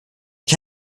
ich